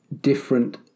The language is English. different